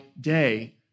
day